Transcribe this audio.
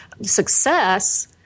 success